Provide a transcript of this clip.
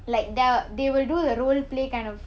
like the they will do the role play kind of